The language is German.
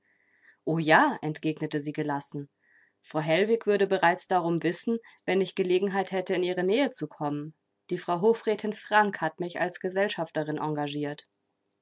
o ja entgegnete sie gelassen frau hellwig würde bereits darum wissen wenn ich gelegenheit hätte in ihre nähe zu kommen die frau hofrätin frank hat mich als gesellschafterin engagiert